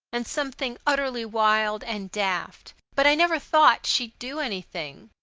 and something utterly wild and daft. but i never thought she'd do anything.